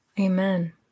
Amen